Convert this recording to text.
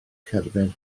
cerbyd